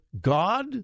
God—